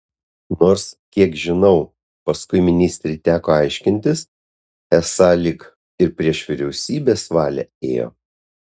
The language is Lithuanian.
nors kiek žinau paskui ministrei teko aiškintis esą lyg ir prieš vyriausybės valią ėjo